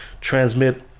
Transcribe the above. transmit